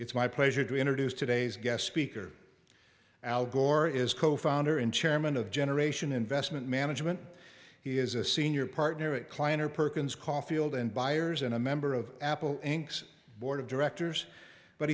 it's my pleasure to introduce today's guest speaker al gore is co founder and chairman of generation investment management he is a senior partner at kleiner perkins caulfield and byers and a member of apple inks board of directors but